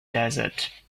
desert